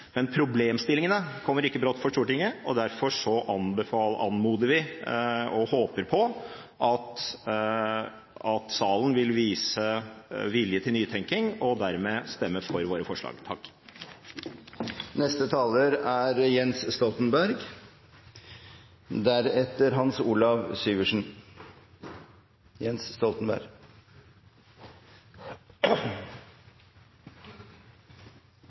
men problemstillingene kommer ikke brått på for Stortinget, derfor anmoder vi om og håper på at salen vil vise vilje til nytenkning og dermed stemme for våre forslag.